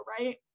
right